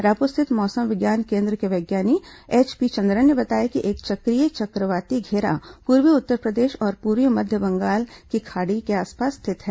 रायपुर स्थित मौसम विज्ञान केन्द्र के विज्ञानी एचपी चंद्रा ने बताया कि एक चक्रीय चक्रवाती घेरा पूर्वी उत्तरप्रदेश और पूर्वी मध्य बंगाल की खाड़ी के आसपास स्थित है